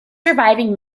surviving